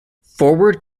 forward